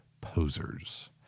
posers